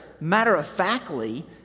matter-of-factly